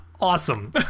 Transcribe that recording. Awesome